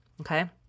Okay